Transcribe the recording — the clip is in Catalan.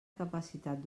capacitat